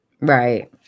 Right